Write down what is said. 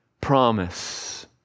promise